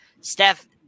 Steph